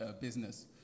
Business